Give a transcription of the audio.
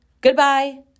goodbye